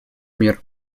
мер